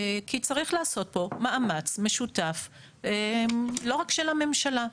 כי צריך לעשות פה מאמץ משותף לא רק של הממשלה.